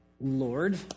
Lord